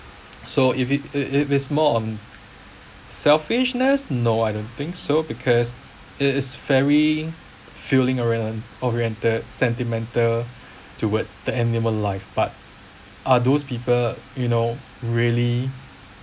so if it it it it's more on selfishness no I don't think so because it is fairly feeling orient~ oriented sentimental towards the animal life but are those people you know really